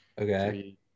Okay